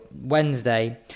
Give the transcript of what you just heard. Wednesday